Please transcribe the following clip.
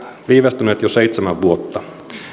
viivästynyt jo seitsemän vuotta